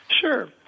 Sure